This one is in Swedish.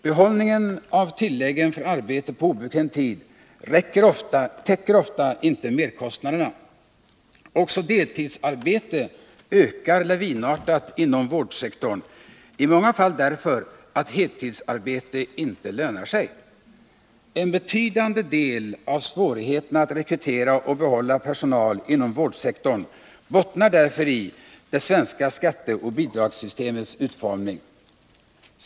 Behållningen av tilläggen för arbete på obekväm tid täcker ofta inte merkostnaderna. Också deltidsarbetet ökar lavinartat inom hela vårdsektorn, i många fall därför att heltidsarbete inte lönar sig. En betydande del av svårigheterna att rekrytera och behålla personal inom vårdsektorn bottnar därför i det svenska skatteoch bidragssystemets utformning.